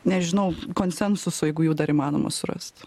nežinau konsensuso jeigu jų dar įmanoma surast